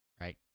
right